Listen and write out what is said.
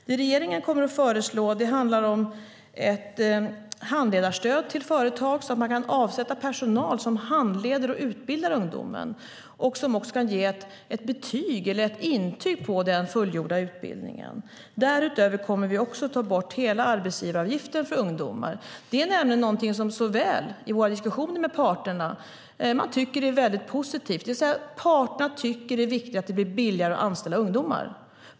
Det regeringen kommer att föreslå handlar om ett handledarstöd till företag så att de kan avsätta personal som handleder och utbildar ungdomen och som också kan ge ett betyg eller ett intyg på den fullgjorda utbildningen. Därutöver kommer vi att ta bort hela arbetsgivaravgiften för ungdomar. Det är nämligen någonting som man i våra diskussioner med parterna tycker är väldigt positivt. Parterna tycker att det är viktigt att det blir billigare att anställa ungdomar.